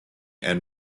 and